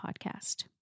podcast